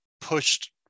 pushed